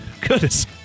Goodness